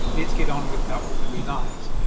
let's get on with our ordinary lives,